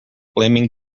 blaming